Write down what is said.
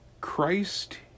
christ